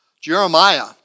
Jeremiah